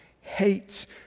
hates